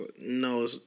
no